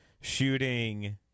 shooting